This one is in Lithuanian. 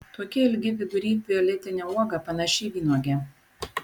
tokie ilgi vidury violetinė uoga panaši į vynuogę